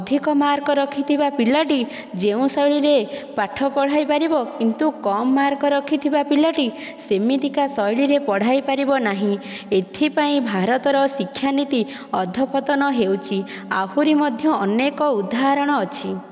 ଅଧିକ ମାର୍କ ରଖିଥିବା ପିଲାଟି ଯେଉଁ ଶ୍ରେଣୀରେ ପାଠ ପଢ଼ାଇ ପାରିବ କିନ୍ତୁ କମ ମାର୍କ ରଖିଥିବା ପିଲାଟି ସେମିତିକା ଶୈଳୀରେ ପଢ଼ାଇ ପାରିବ ନାହିଁ ଏଥିପାଇଁ ଭାରତର ଶିକ୍ଷାନୀତି ଅଧପତନ ହେଉଛି ଆହୁରି ମଧ୍ୟ ଅନେକ ଉଦାହରଣ ଅଛି